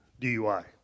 DUI